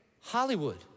Hollywood